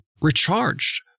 recharged